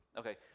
Okay